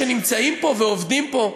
שנמצאים פה ועובדים פה,